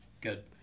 Good